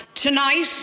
Tonight